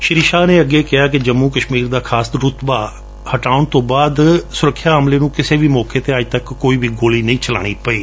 ਸ਼੍ਰੀ ਸ਼ਾਹ ਨੇ ਅੱਗੇ ਕਿਹਾ ਕਿ ਜੰਮੂ ਕਸ਼ਮੀਰ ਦਾ ਖਾਸ ਦਰਜਾ ਹਟਾਉਣ ਤੋਂ ਬਾਅਦ ਸੁਰੱਖਿਆ ਅਮਲੇ ਨੂੰ ਕਿਸੇ ਵੀ ਮੌਕੇ ਅੱਜ ਤੱਕ ਇੱਕ ਵੀ ਗੋਲੀ ਨਹੀਂ ਚਲਾਉਣੀ ਪਈ